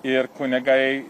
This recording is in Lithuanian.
ir kunigai